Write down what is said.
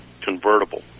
convertible